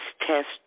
test